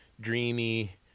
dreamy